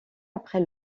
après